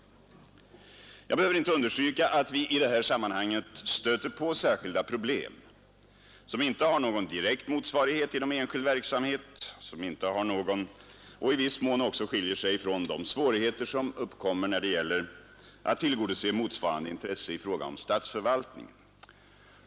Närvarorätt vid Jag behöver inte understryka att vi i detta sammanhang stöter på sammanträde med särskilda problem, som inte har någon direkt motsvarighet inom enskild kommunal eller verksamhet och som i viss mån också skiljer sig från de svårigheter som landstingskommuuppkommer när det gäller att tillgodose motsvarande intressen inom nal nämnd statsförvaltningen.